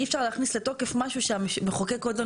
אי אפשר להכניס לתקוף משהו שהמחוקק עוד לא